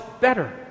better